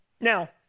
Now